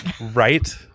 Right